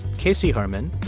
casey herman,